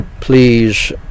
Please